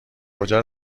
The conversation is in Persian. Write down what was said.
کجا